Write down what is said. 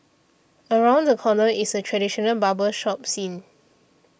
around the corner is a traditional barber shop scene